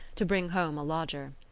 to bring home a lodger.